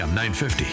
950